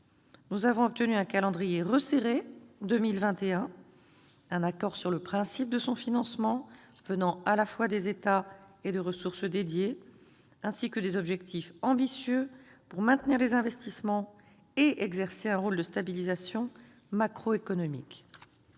Nous avons obtenu un calendrier resserré, avec une échéance en 2021, un accord sur le principe de son financement venant à la fois des États et de ressources dédiées, ainsi que des objectifs ambitieux, pour maintenir les investissements et exercer un rôle de stabilisation macroéconomique.